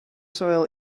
soil